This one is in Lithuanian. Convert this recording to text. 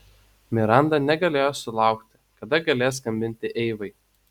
miranda negalėjo sulaukti kada galės skambinti eivai